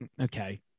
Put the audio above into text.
Okay